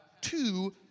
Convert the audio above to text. two